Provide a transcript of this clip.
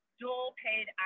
dual-paid